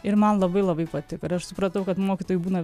ir man labai labai patiko ir aš supratau kad mokytojų būna